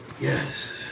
Yes